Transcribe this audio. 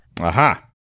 Aha